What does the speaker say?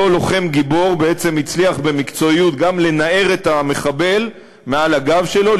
אותו לוחם גיבור הצליח במקצועיות גם לנער את המחבל מעל הגב שלו,